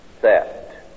theft